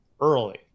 early